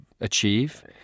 achieve